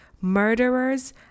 murderers